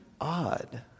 odd